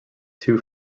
two